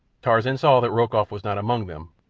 tarzan saw that rokoff was not among them,